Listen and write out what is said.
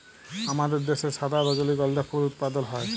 আমাদের দ্যাশে সাদা রজলিগন্ধা ফুল উৎপাদল হ্যয়